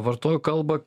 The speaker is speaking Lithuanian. vartoju kalbą